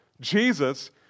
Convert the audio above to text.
Jesus